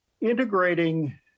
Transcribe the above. integrating